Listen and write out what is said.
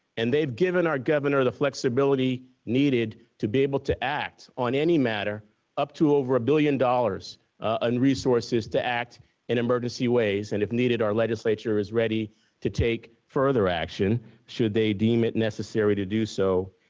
and they've given our governor the flexibility needed to be able to act on any matter up to over a billion dollars on and resources to act in emergency ways and if needed our legislature is ready to take further action should they deem it necessary to do so.